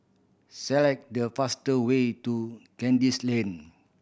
select the fast way to Kandis Lane